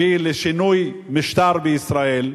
הביא לשינוי משטר בישראל,